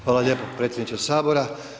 Hvala lijepo predsjedniče Sabora.